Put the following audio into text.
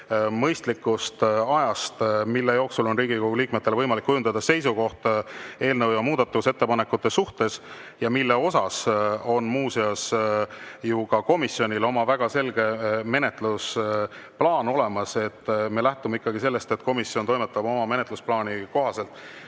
mõistlikust ajast, mille jooksul on Riigikogu liikmetel võimalik kujundada seisukoht eelnõu ja muudatusettepanekute osas, mille osas on muuseas ju ka komisjonil väga selge menetlusplaan olemas. Me lähtume ikkagi sellest, et komisjon toimetab oma menetlusplaani kohaselt. Praegu,